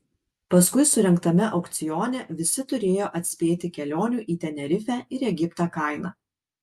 paskui surengtame aukcione visi turėjo atspėti kelionių į tenerifę ir egiptą kainą